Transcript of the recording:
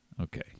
Okay